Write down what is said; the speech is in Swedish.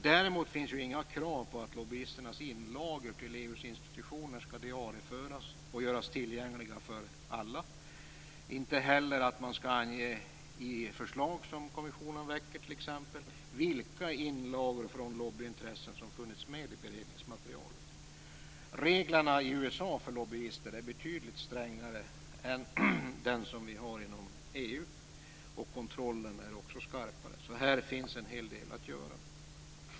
Däremot finns inga krav på att lobbyisternas inlagor till EU:s institutioner skall diarieföras och göras tillgängliga för alla, inte heller att man skall ange t.ex. i förslag som kommissionen väcker vilka inlagor från lobbyintressen som funnits med i beredningsmaterialet. Reglerna i USA för lobbyister är betydligt strängare än de vi har inom EU, och kontrollen är också skarpare. Här finns alltså en hel del att göra.